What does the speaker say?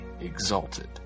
exalted